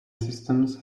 systems